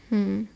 mm